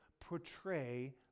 portray